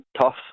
tough